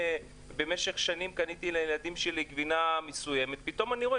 במשך שנים קניתי לילדים שלי גבינה מסוימת ופתאום אני רואה